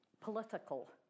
political